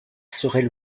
seraient